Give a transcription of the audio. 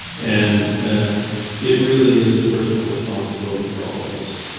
and it really is a personal responsibility for all of us.